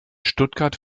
stuttgart